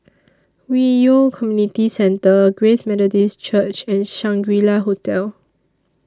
Hwi Yoh Community Centre Grace Methodist Church and Shangri La Hotel